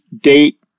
date